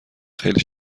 خیلی